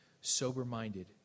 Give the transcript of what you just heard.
Sober-minded